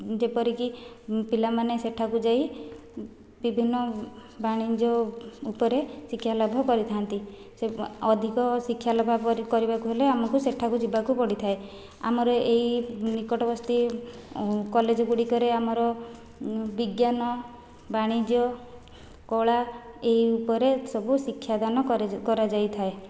ଯେପରି କି ପିଲାମାନେ ସେଠାକୁ ଯାଇ ବିଭିନ୍ନ ବାଣିଜ୍ୟ ଉପରେ ଶିକ୍ଷା ଲାଭ କରିଥାନ୍ତି ଅଧିକ ଶିକ୍ଷା ଲାଭ କରିବାକୁ ହେଲେ ଆମକୁ ସେଠାକୁ ଯିବାକୁ ପଡ଼ିଥାଏ ଆମର ଏହି ନିକଟବର୍ତ୍ତୀ କଲେଜ ଗୁଡ଼ିକରେ ଆମର ବିଜ୍ଞାନ ବାଣିଜ୍ୟ କଳା ଏହି ଉପରେ ସବୁ ଶିକ୍ଷାଦାନ କରାଯାଇଥାଏ